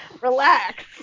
relax